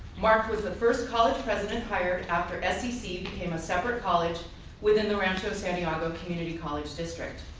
mark was the first college president hired after scc became a separate college within the rancho santiago community college district.